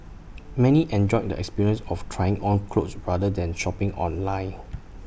many enjoyed the experience of trying on clothes rather than shopping online